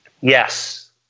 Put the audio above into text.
Yes